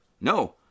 no